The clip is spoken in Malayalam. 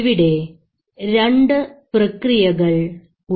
ഇവിടെ രണ്ടു പ്രക്രിയകൾ ഉണ്ട്